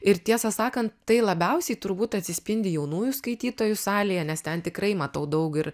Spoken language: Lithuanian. ir tiesą sakant tai labiausiai turbūt atsispindi jaunųjų skaitytojų salėje nes ten tikrai matau daug ir